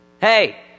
Hey